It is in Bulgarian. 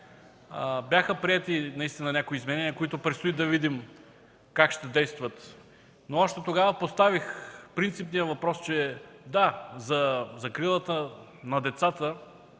бяха приети някои изменения, които предстои да видим как ще действат, но още тогава поставих принципния въпрос, че – да, за закрилата на децата